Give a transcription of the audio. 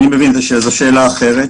לא תכריז הממשלה כאמור בסעיף קטן (א) (בחוק זה הכרזה)